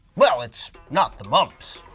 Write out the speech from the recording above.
well, it's not the mumps,